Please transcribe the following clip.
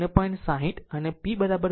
60 અને PVI cos θ છે